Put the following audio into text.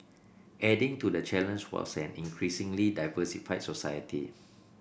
adding to the challenge was an increasingly diversified society